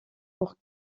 pour